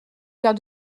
faire